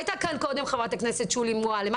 הייתה כאן קודם חברת הכנסת שולי מועלם.